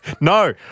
No